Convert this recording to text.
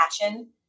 passion